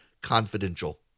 confidential